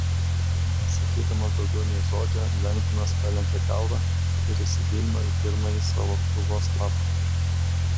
nesakydamas daugiau nė žodžio lengdonas palenkė galvą ir įsigilino į pirmąjį savo krūvos lapą